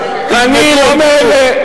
אני לא מאלה,